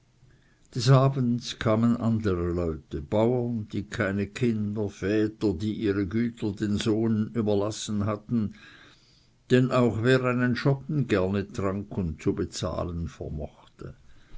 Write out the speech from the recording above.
des abends kamen leute bauern die keine kinder väter die ihre güter den söhnen überlassen hatten dann auch wer einen schoppen gerne trank und zu bezahlen vermochte